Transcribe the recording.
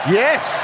yes